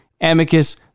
amicus